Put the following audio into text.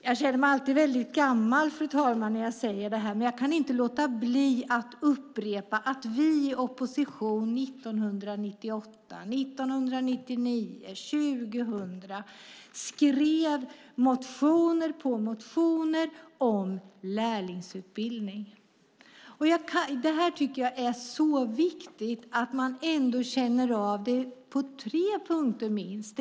Jag känner mig alltid väldigt gammal, fru talman, när jag säger detta, men jag kan inte låta bli att upprepa att vi i opposition 1998, 1999 och 2000 skrev motioner på motioner om lärlingsutbildning. Det här tycker jag är så viktigt! Man känner av det på tre punkter minst.